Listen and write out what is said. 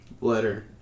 Letter